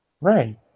Right